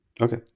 Okay